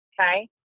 okay